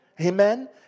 amen